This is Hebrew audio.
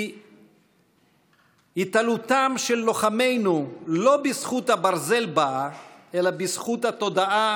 כי "התעלותם של לוחמינו לא בזכות הברזל באה אלא בזכות התודעה